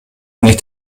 болуп